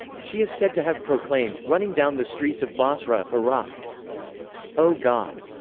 she is said to have proclaimed, running down the streets of basra, iraq o god!